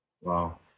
Wow